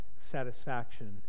satisfaction